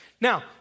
Now